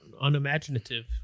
unimaginative